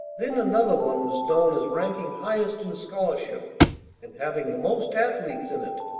then another one was known as ranking highest in scholarship and having the most athletes in it.